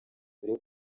dore